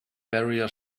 barrier